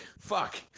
fuck